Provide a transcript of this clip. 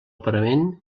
parament